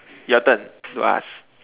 your turn to ask